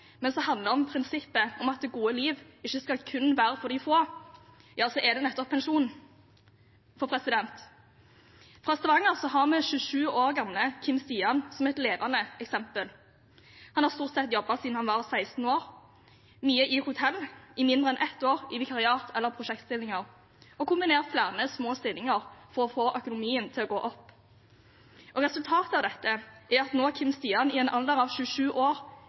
men som handler om prinsippet om at det gode liv ikke skal være kun for de få, er det nettopp pensjon. Fra Stavanger har vi 27 år gamle Kim Stian som et levende eksempel. Han har stort sett jobbet siden han var 16 år, mye i hotell, i mindre enn ett år i vikariat eller prosjektstillinger, og han har kombinert flere små stillinger for å få økonomien til å gå opp. Resultatet av dette er at Kim Stian nå i en alder av 27 år